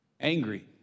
angry